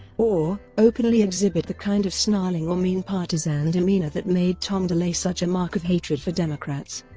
or openly exhibit the kind of snarling or mean partisan demeanor that made tom delay such a mark of hatred for democrats.